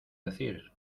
decir